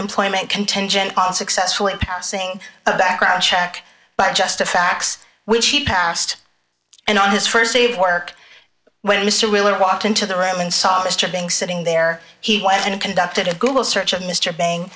employment contingent on successful in passing a background check by just the facts which he passed and on his st day of work when mr wheeler walked into the room and saw the stripping sitting there he went and conducted a google search of mr bang